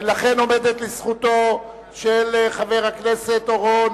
לכן עומדת זכותו של חבר הכנסת אורון